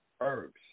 herbs